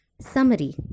Summary